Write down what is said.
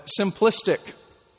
simplistic